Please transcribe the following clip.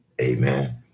Amen